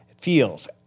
Feels